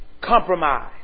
compromise